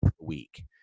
week